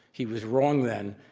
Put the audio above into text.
he was wrong then,